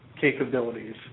capabilities